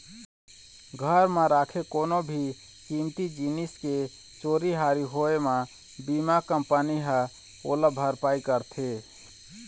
घर म राखे कोनो भी कीमती जिनिस के चोरी हारी होए म बीमा कंपनी ह ओला भरपाई करथे